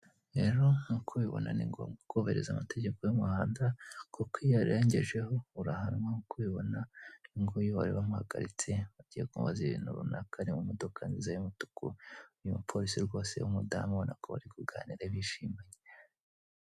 Rero nkuko ubibona ni ngombwa kubahiriza amategeko y'umuhanda kuko iyo uyarengejeho urahanwa, nkuko ubibona uyu bari bamuhagaritse bagiye kumubaza ibintu runaka ari mu modoka nziza y'umutuku. Uyu mupolisi rwose w'umudamu ubona ko bari kuganira bishimanye.